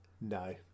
no